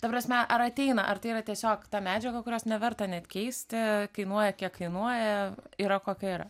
ta prasme ar ateina ar tai yra tiesiog ta medžiaga kurios neverta net keisti kainuoja kiek kainuoja yra kokia yra